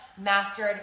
mastered